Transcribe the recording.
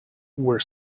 were